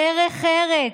דרך ארץ,